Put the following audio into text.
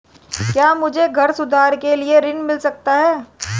क्या मुझे घर सुधार के लिए ऋण मिल सकता है?